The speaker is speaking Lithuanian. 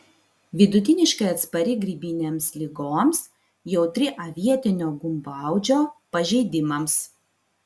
vidutiniškai atspari grybinėms ligoms jautri avietinio gumbauodžio pažeidimams